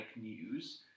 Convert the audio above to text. news